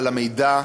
על המידע,